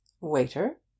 waiter